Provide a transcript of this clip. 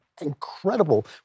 incredible